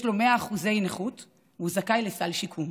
יש לו 100% נכות והוא זכאי לשיקום.